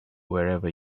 wherever